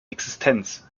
existenz